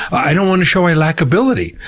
i don't want to show i lack ability,